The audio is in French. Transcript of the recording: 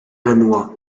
danois